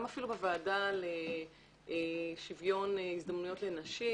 גם אפילו בוועדה לשוויון הזדמנויות לנשים,